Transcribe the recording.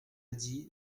dit